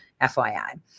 FYI